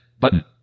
button